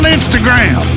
Instagram